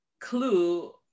clue